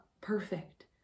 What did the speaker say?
perfect